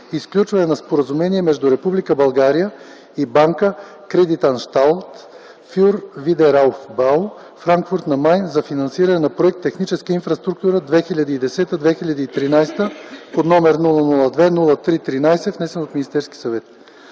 и сключване на споразумение между Република България и Банка Кредитанщал фюр Видерауфбау – Франкфурт на Майн, за финансиране на проект „Техническа инфраструктура 2010-2013”, № 002-03-13, внесен от Министерския съвет.